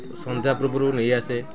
ସନ୍ଧ୍ୟା ପୂର୍ବରୁ ନେଇଆସେ